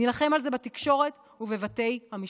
נילחם על זה בתקשורת ובבתי המשפט.